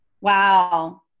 Wow